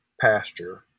pasture